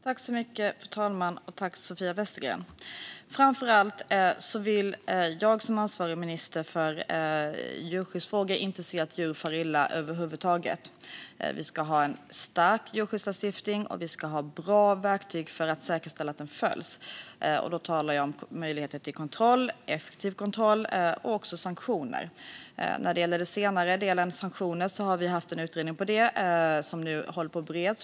Fru talman! Tack, Sofia Westergren, för frågan! Framför allt vill jag som ansvarig minister för djurskyddsfrågor inte se att djur far illa över huvud taget. Vi ska ha en stark djurskyddslagstiftning, och vi ska ha bra verktyg för att säkerställa att den följs. Då talar jag om möjligheter till effektiv kontroll och även om sanktioner. När det gäller just sanktioner har vi haft en utredning som nu håller på att beredas.